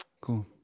Cool